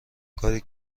کاری